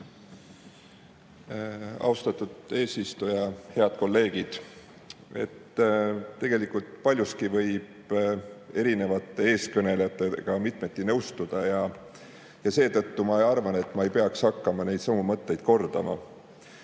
Austatud eesistuja! Head kolleegid! Tegelikult võib erinevate eelkõnelejatega paljuski nõustuda ja seetõttu ma arvan, et ma ei peaks hakkama neid samu mõtteid kordama.